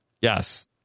yes